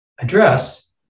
address